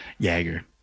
Jagger